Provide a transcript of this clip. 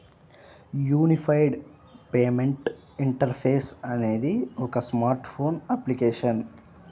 unified payment interface అనేది ఒక smart phone application